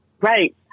Right